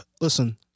listen